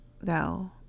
thou